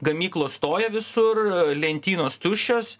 gamyklos stoja visur lentynos tuščios